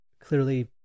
clearly